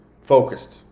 focused